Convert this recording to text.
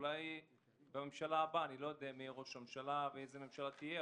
אולי בממשלה הבאה אני לא יודע מי יהיה ראש הממשלה ואיזו ממשלה תהיה,